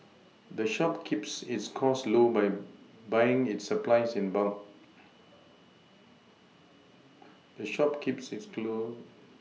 the shop keeps its costs low by buying its supplies in bulk the shop keeps its